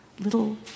little